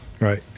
right